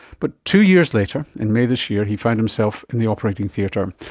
but two years later in may this year he found himself in the operating theatre.